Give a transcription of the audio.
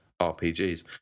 RPGs